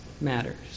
matters